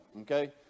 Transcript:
Okay